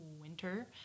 winter